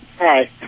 Hi